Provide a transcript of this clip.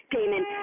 Damon